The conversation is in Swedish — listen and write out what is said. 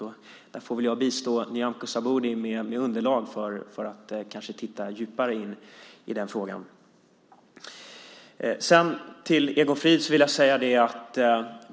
Jag får väl bistå Nyamko Sabuni med underlag för att titta djupare in i den frågan. Egon Frid!